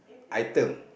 item